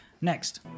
next